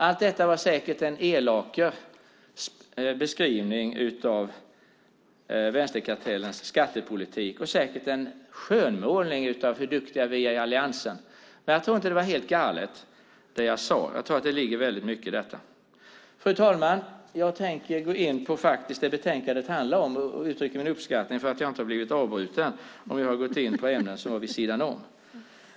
Allt detta var säkert en elak beskrivning av vänsterkartellens skattepolitik och säkert en skönmålning av hur duktiga vi är i Alliansen. Men jag tror inte att det jag sade var helt galet. Jag tror att det ligger väldigt mycket i detta. Fru talman! Jag tänker gå in på det betänkandet faktiskt handlar om och vill uttrycka min uppskattning över att jag inte har blivit avbruten om jag har gått in på ämnen vid sidan om.